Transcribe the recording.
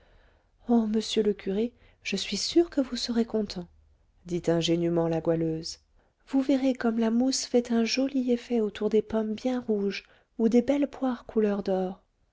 oh monsieur le curé je suis sûre que vous serez content dit ingénument la goualeuse vous verrez comme la mousse fait un joli effet autour des pommes bien rouges ou des belles poires couleur d'or